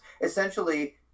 essentially